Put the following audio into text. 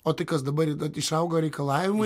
o tai kas dabar idant išauga reikalavimai